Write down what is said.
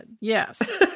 Yes